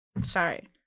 Sorry